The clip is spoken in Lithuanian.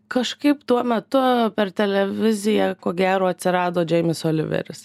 kažkaip tuo metu per televiziją ko gero atsirado džeremis oliveris